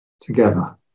together